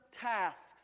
tasks